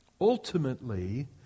Ultimately